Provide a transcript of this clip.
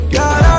God